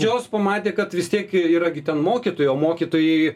jos pamatė kad vis tiek yra gi ten mokytojų o mokytojai